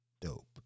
dope